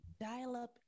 dial-up